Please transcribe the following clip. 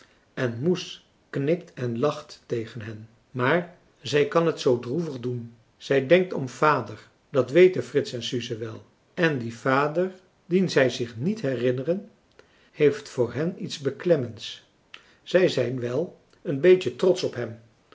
en moes knikt en lacht tegen hen maar zij kan het zoo droevig doen zij denkt om vader dat weten frits en suze wel en die vader dien zij zich niet herinneren heeft voor hen iets beklemmends zij zijn wel françois haverschmidt familie en kennissen een beetje trotsch op hem